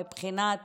מבחינת